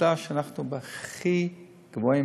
עובדה שאנחנו הכי גבוהים,